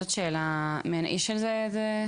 זאת שאלה, יש על זה תשובה?